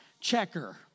checker